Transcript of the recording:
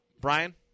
Brian